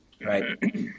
Right